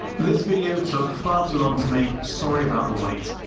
this video took far too long to make, sorry about the wait.